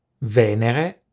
Venere